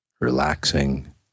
relaxing